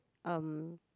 um